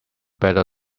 better